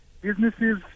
businesses